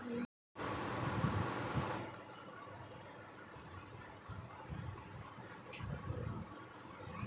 నేను ఒకేసారి పది లక్షలు డిపాజిట్ చేస్తా దీనికి నెల నెల వడ్డీ చెల్లించే పథకం ఏమైనుందా?